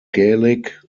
gaelic